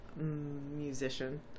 musician